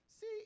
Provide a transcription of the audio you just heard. see